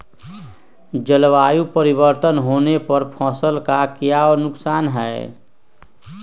जलवायु परिवर्तन होने पर फसल का क्या नुकसान है?